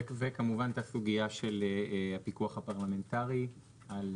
וכמובן הייתה סוגיה של הפיקוח הפרלמנטרי על,